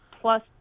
plus